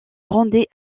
rendait